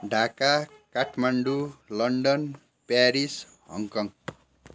Dhaka Kathmandu London Paris Hong Kong